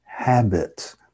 habit